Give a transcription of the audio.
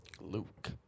Luke